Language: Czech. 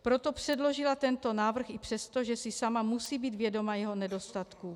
Proto předložila tento návrh i přesto, že si sama musí být vědoma jeho nedostatků.